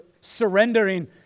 surrendering